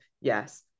Yes